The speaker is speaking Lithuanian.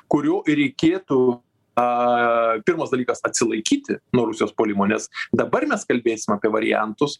kurio ir reikėtų a pirmas dalykas atsilaikyti nuo rusijos puolimo nes dabar mes kalbėsim apie variantus